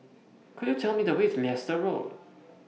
Could YOU Tell Me The Way to Leicester Road